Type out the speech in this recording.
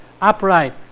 upright